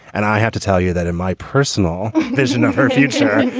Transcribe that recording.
and i have to tell you that in my personal vision of her future,